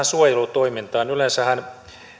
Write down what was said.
suojelutoiminnasta yleensähän